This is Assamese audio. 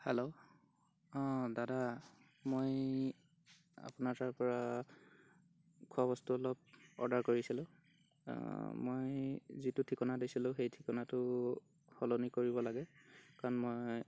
হেল্ল' অঁ দাদা মই আপোনাৰ তাৰপৰা খোৱা বস্তু অলপ অৰ্ডাৰ কৰিছিলোঁ মই যিটো ঠিকনা দিছিলোঁ সেই ঠিকনাটো সলনি কৰিব লাগে কাৰণ মই